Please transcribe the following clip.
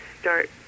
start